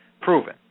proven